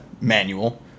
manual